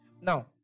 Now